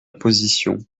position